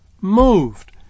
moved